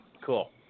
cool